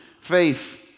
faith